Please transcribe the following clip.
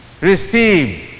receive